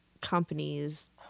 companies